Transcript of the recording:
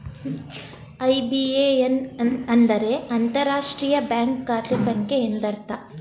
IBAN ಅಂದರೆ ಅಂತರರಾಷ್ಟ್ರೀಯ bank ಖಾತೆ ಸಂಖ್ಯೆ ಎಂದರ್ಥ